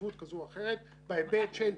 הספציפית אלא מסתכלים בראייה רב-שנתית.